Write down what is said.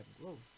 growth